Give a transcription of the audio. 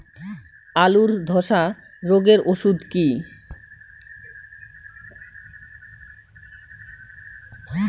আলুর ধসা রোগের ওষুধ কি?